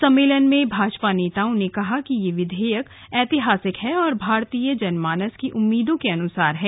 सम्मेलन में भाजपा नेताओं ने कहा कि यह विधेयक ऐतिहासिक है और भारतीय जनमानस की उम्मीदों के अनुसार है